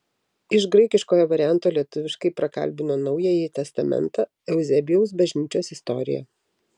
iš graikiškojo varianto lietuviškai prakalbino naująjį testamentą euzebijaus bažnyčios istoriją